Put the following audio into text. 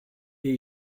est